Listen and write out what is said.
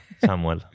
Samuel